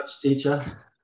teacher